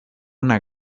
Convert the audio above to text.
una